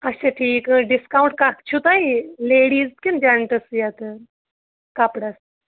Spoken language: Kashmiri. اچھا ٹھیٖک ڈِسکاوُنٛٹ کَتھ چھُ تۄہہِ لیڈیٖز کِنہٕ جَنٹٕز یَتہٕ حظ کَپڑَس